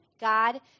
God